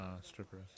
strippers